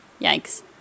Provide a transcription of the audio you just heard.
yikes